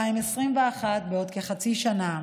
בעוד כחצי שנה.